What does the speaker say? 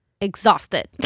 Exhausted